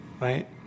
right